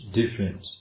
different